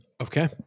Okay